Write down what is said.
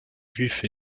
juif